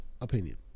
opinion